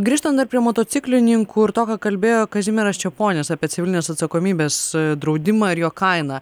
grįžtant dar prie motociklininkų ir to ką kalbėjo kazimieras čeponis apie civilinės atsakomybės draudimą ir jo kainą